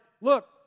look